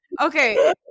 Okay